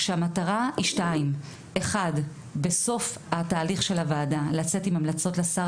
כשהמטרה שבסוף תהליך הוועדה נצא עם המלצות לשר